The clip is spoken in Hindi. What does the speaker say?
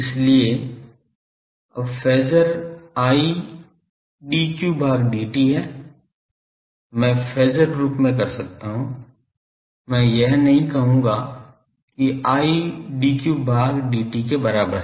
इसलिए अब फेज़र I dq भाग dt है मैं फेज़र रूप में कर सकता हूं मैं यह नहीं कहूंगा कि I dq भाग dt के बराबर है